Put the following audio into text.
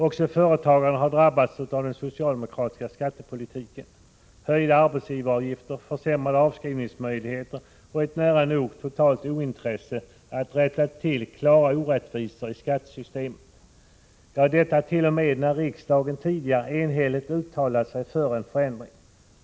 Också företagare har drabbats av den socialdemokratiska skattepolitiken, genom höjda arbetsgivaravgifter, försämrade avskrivningsmöjligheter och ett nära nog totalt ointresse av att rätta till klara orättvisor i skattesystemet — dettat.o.m. när riksdagen tidigare enhälligt har uttalat sig för en förändring.